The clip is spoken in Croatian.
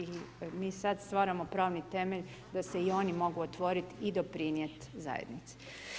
I mi sada stvaramo pravni temelj da se i oni mogu otvoriti i doprinijeti zajednici.